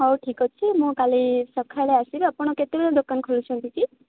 ହଉ ଠିକ୍ ଅଛି ମୁଁ କାଲି ସଖାଳେ ଆସିବି ଆପଣ କେତେବେଳେ ଦୋକାନ ଖୋଲୁଛନ୍ତି କି